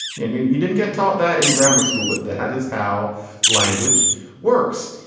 yeah you you didn't get taught that in grammar school but that is how language works.